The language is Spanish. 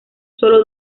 sólo